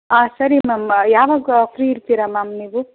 ಹಾಂ ಸರಿ ಮ್ಯಾಮ್ ಯಾವಾಗ ಫ್ರೀ ಇರ್ತೀರಾ ಮ್ಯಾಮ್ ನೀವು